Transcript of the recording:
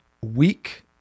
week